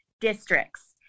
districts